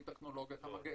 מטכנולוגיית המגן.